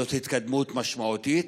זאת התקדמות משמעותית.